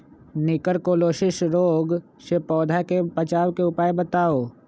निककरोलीसिस रोग से पौधा के बचाव के उपाय बताऊ?